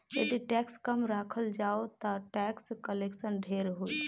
यदि टैक्स कम राखल जाओ ता टैक्स कलेक्शन ढेर होई